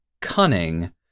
cunning